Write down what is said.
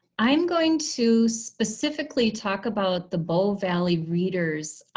i'm going to specifically talk about the bow valley readers.